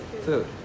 food